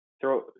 throw